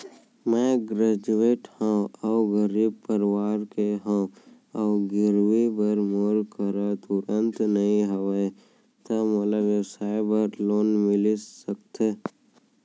मैं ग्रेजुएट हव अऊ गरीब परवार से हव अऊ गिरवी बर मोर करा तुरंत नहीं हवय त मोला व्यवसाय बर लोन मिलिस सकथे?